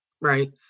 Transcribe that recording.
right